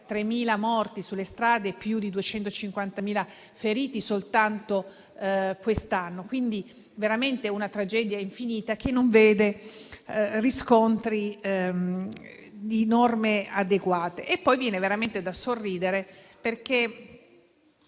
3.000 morti sulle strade e più di 250.000 feriti, soltanto quest'anno: è veramente una tragedia infinita che non vede riscontri in norme adeguate. Viene veramente da sorridere perché